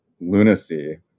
lunacy